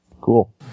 Cool